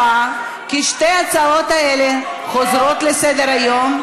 כי שתי ההצעות האלה חוזרות לסדר-היום,